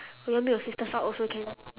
or you want bring your sisters out also can